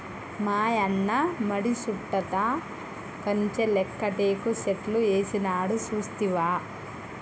మాయన్న మడి సుట్టుతా కంచె లేక్క టేకు సెట్లు ఏసినాడు సూస్తివా